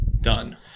done